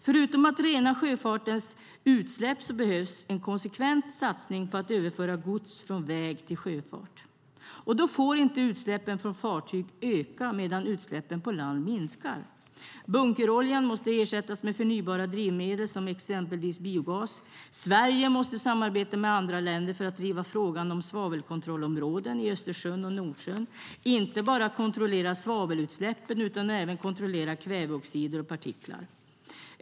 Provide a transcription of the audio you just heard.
Förutom att rena sjöfartens utsläpp behövs en konsekvent satsning på att överföra gods från väg till sjöfart. Då får inte utsläppen från fartyg öka medan utsläppen på land minskar. Bunkeroljan måste ersättas med förnybara drivmedel som exempelvis biogas. Sverige måste samarbeta med andra länder för att driva frågan om svavelkontrollområden i Östersjön och Nordsjön. Och det handlar inte bara om att kontrollera svavelutsläppen utan även om att kontrollera utsläppen av kväveoxider och partiklar.